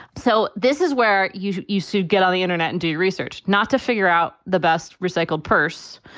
so this is where you used to get on the internet and do your research, not to figure out the best recycled purse,